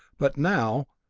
but now,